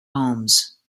homes